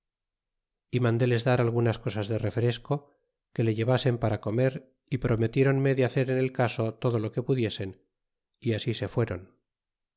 y mandeles dar algunas cosas de refresco que le llevasen para comer y prometieronme de hacer en el caso todo lo que pudiesen y asi se fueron